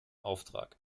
auftrag